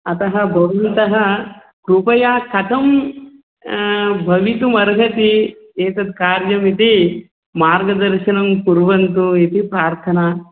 अतः भवन्तः कृपया कथं भवितुमर्हति एतद् कार्यमिति मार्गदर्शनं कुर्वन्तु इति प्रार्थना